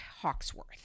Hawksworth